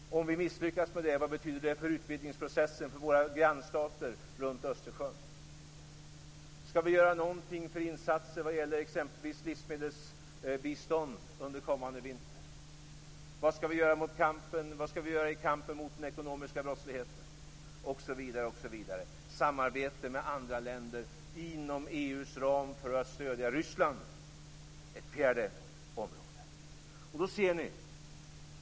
Om vi misslyckas med det, vad betyder det för utvidgningsprocessen för våra grannstater runt Östersjön? Skall vi göra någonting för insatser vad gäller exempelvis livsmedelsbistånd under kommande vinter? Vad skall vi göra i kampen mot den ekonomiska brottsligheten, osv? Det behövs ett samarbete med andra länder inom EU:s ram för att stödja Ryssland. Det är det fjärde området.